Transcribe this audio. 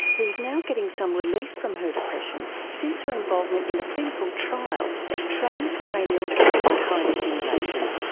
who is now getting some relief from her depression since her involvement in a clinical trial of transcranial direct current stimulation.